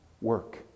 work